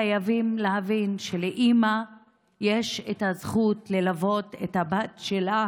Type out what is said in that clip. חייבים להבין שלאימא יש זכות ללוות את הבת שלה